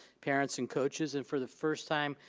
parents and coaches and for the first time,